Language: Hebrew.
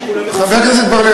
חבר הכנסת בר-לב,